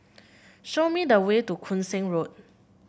show me the way to Koon Seng Road